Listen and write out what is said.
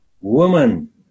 woman